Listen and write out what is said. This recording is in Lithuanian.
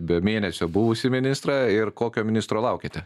be mėneio buvusį ministrą ir kokio ministro laukiate